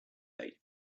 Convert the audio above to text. late